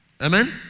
Amen